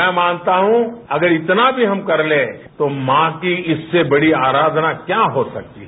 मैं मानता हूं कि अगर इतना भी हम कर लें तो मां की इससे बड़ी आराधना क्या हो सकती है